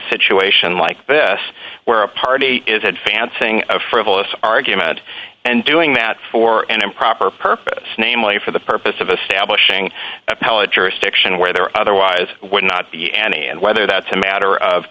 situation like this where a party is advancing a frivolous argument and doing that for an improper purpose namely for the purpose of establishing appellate jurisdiction where there otherwise would not be any and whether that's a matter of